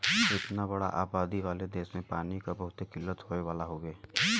इतना बड़ा आबादी वाला देस में पानी क बहुत किल्लत होए वाला हउवे